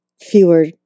fewer